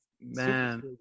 man